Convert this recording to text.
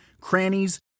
crannies